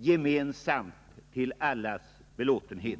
gemensamt till allas belåtenhet.